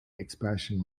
expansion